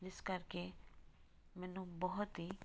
ਇਸ ਕਰਕੇ ਮੈਨੂੰ ਬਹੁਤ ਹੀ